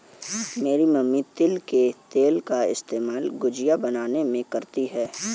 मेरी मम्मी तिल के तेल का इस्तेमाल गुजिया बनाने में करती है